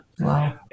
Wow